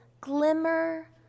glimmer